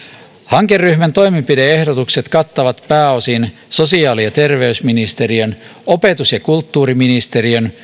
hankeryhmän toimenpide ehdotukset kattavat pääosin sosiaali ja terveysministeriön opetus ja kulttuuriministeriön